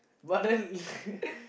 but then